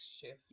shift